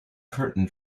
curtain